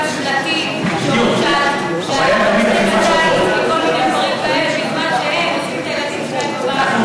שלטים שאומרים "הרוצחים לטיס" וכל מיני דברים כאלה,